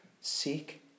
Seek